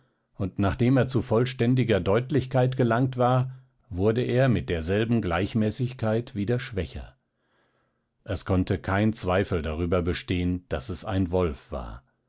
und nachdem er zu vollständiger deutlichkeit gelangt war wurde er mit derselben gleichmäßigkeit wieder schwächer es konnte kein zweifel darüber bestehen daß es ein wolf war